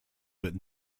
but